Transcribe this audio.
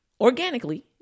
organically